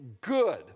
good